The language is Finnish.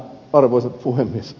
arvoisa puhemies